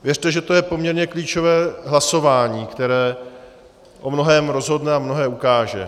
Věřte, že to je poměrně klíčové hlasování, které o mnohém rozhodne a mnohé ukáže.